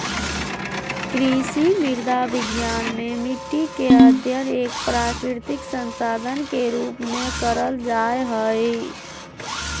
कृषि मृदा विज्ञान मे मट्टी के अध्ययन एक प्राकृतिक संसाधन के रुप में करल जा हई